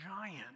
giant